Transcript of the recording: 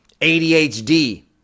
ADHD